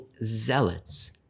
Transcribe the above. zealots